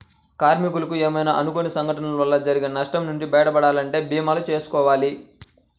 కార్మికులకు ఏమైనా అనుకోని సంఘటనల వల్ల జరిగే నష్టం నుంచి బయటపడాలంటే భీమాలు చేసుకోవాలి